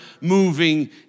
moving